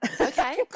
Okay